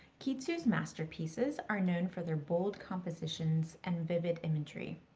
kiitsu's masterpieces are known for their bold compositions and vivid imagery.